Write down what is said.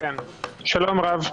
שלום רב.